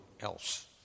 else